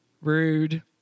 Rude